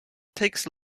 takes